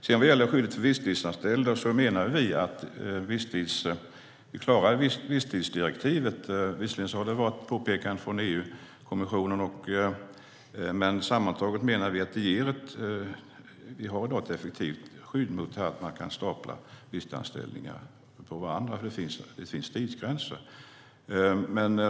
När det gäller skyddet för visstidsanställda menade vi att vi klarade visstidsdirektivet. Visserligen har det kommit påpekanden från EU-kommissionen, men sammantaget menar vi att vi har ett effektivt skydd mot att man kan stapla visstidsanställningar på varandra eftersom det finns tidsgränser.